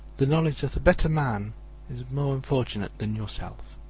the knowledge that a better man is more unfortunate than yourself.